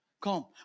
come